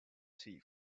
tea